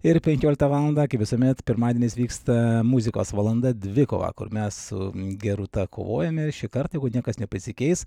ir penkioliktą valandą kaip visuomet pirmadieniais vyksta muzikos valanda dvikova kur mes su gerūta kovojame ir šįkart jeigu niekas nepasikeis